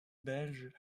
belges